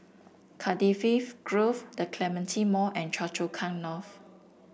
Cardifi Grove The Clementi Mall and Choa Chu Kang North